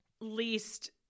least